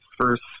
first